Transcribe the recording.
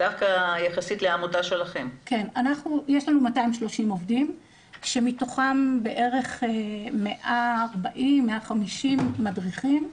יש לנו 230 עובדים שמתוכם בערך 140-150 מדריכים,